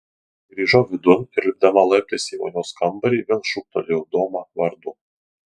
grįžau vidun ir lipdama laiptais į vonios kambarį vėl šūktelėjau domą vardu